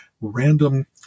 random